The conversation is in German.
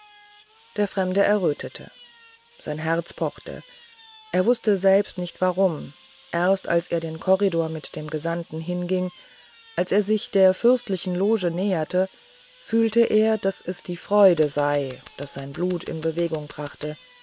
der fremde errötete sein herz pochte er wußte selbst nicht warum erst als er den korridor mit dem gesandten hinging als er sich der fürstlichen loge näherte fühlte er daß es die freude sei was sein blut in bewegung brachte